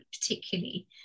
particularly